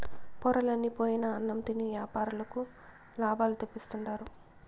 పొరలన్ని పోయిన అన్నం తిని యాపారులకు లాభాలు తెప్పిస్తుండారు